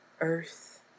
earth